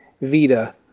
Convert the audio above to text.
Vita